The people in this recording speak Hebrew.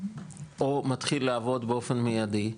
או מתחיל לעבוד באופן מיידי,